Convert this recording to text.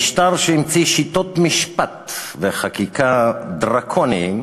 משטר שהמציא שיטות משפט וחקיקה דרקוניות